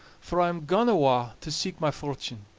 for i'm gaun awa' to seek my fortune.